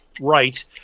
right